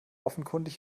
offenkundig